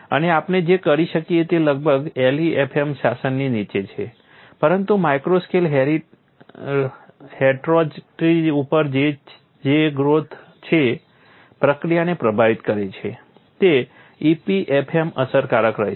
અને આપણે જે કરી શકીએ તે લગભગ LEFM શાસનની નીચે છે પરંતુ માઇક્રો સ્કેલ હેટરોજનીટીથી ઉપર છે જે ક્રેક ગ્રોથ પ્રક્રિયાને પ્રભાવિત કરી શકે છે તે EPFM અસરકારક રહેશે